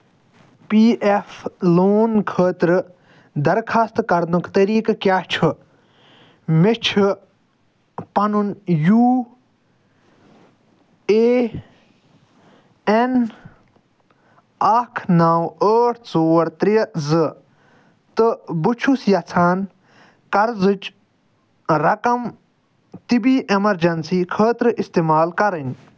P F loan خٲطرٕ درخواستہٕ کَرنُک طریٖقہٕ کیٛاہ چھُ مےٚ چھُ پنُن یوٗ اےٚ اٮ۪ن اکھ نو ٲٹھ ژور ترٛےٚ زٕ تہٕ بہٕ چھُس یژھان قرضٕچ رقم طِبی ایمرجنسی خٲطرٕ استعمال کَرٕنۍ